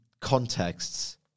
contexts